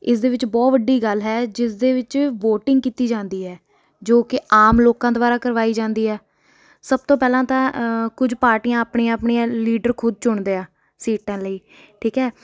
ਇਸ ਦੇ ਵਿੱਚ ਬਹੁਤ ਵੱਡੀ ਗੱਲ ਹੈ ਜਿਸ ਦੇ ਵਿੱਚ ਵੋਟਿੰਗ ਕੀਤੀ ਜਾਂਦੀ ਹੈ ਜੋ ਕਿ ਆਮ ਲੋਕਾਂ ਦੁਆਰਾ ਕਰਵਾਈ ਜਾਂਦੀ ਹੈ ਸਭ ਤੋਂ ਪਹਿਲਾਂ ਤਾਂ ਕੁਝ ਪਾਰਟੀਆਂ ਆਪਣੀਆਂ ਆਪਣੀਆਂ ਲੀਡਰ ਖੁਦ ਚੁਣਦੇ ਆ ਸੀਟਾਂ ਲਈ ਠੀਕ ਹੈ